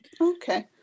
okay